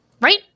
right